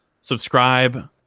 subscribe